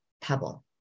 pebble